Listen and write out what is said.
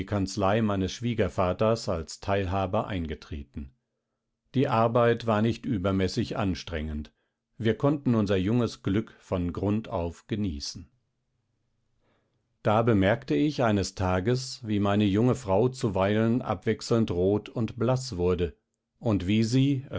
kanzlei meines schwiegervaters als teilhaber eingetreten die arbeit war nicht übermäßig anstrengend wir konnten unser junges glück von grund auf genießen da bemerkte ich eines tages wie meine junge frau zuweilen abwechselnd rot und blaß wurde und wie sie